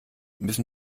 müssen